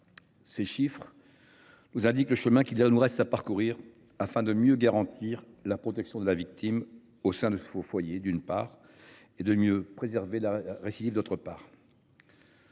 Ces chiffres nous indiquent le chemin qu’il nous reste à parcourir afin de mieux garantir la protection de la victime au sein de son foyer, d’une part, et de mieux prévenir la récidive, d’autre part.